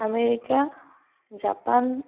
America Japan